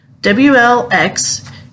WLX